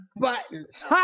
buttons